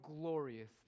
glorious